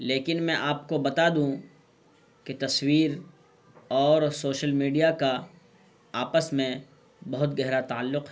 لیکن میں آپ کو بتا دوں کہ تصویر اور سوشل میڈیا کا آپس میں بہت گہرا تعلق ہے